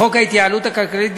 בחוק ההתייעלות הכלכלית,